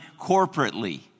corporately